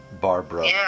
Barbara